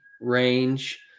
range